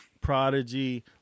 Prodigy